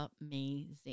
amazing